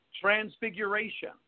transfiguration